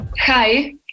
Hi